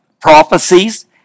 prophecies